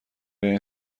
این